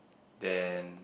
then